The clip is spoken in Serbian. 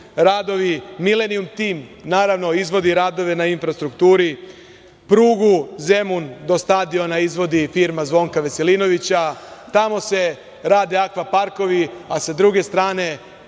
radovi. „Milenijum tim“, naravno, izvodi radove na infrastrukturi, prugu Zemun do stadiona izvodi firma Zvonka Veselinovića. Tamo se rade akva parkovi, a sa druge strane